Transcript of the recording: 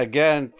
Again